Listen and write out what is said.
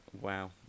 Wow